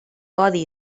codi